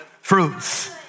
Fruits